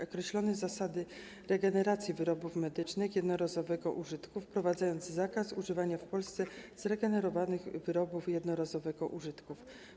Określono zasady regeneracji wyrobów medycznych jednorazowego użytku, wprowadzając zakaz używania w Polsce zregenerowanych wyrobów jednorazowego użytku.